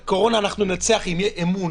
את הקורונה אנחנו ננצח אם יהיה אמון